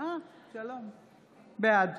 בעד